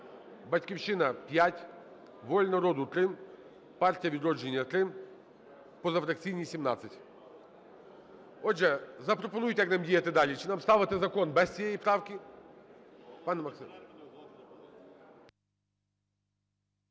"Батьківщина" – 5, "Воля народу" – 3, партія "Відродження" – 3, позафракційні – 17. Отже, запропонуйте, як нам діяти далі. Чи нам ставити закон без цієї правки,